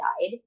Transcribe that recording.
died